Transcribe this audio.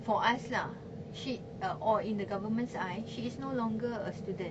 for us lah she uh or in the government's eye she is no longer a student